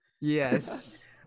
yes